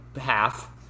half